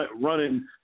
running